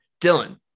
Dylan